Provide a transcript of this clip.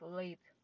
late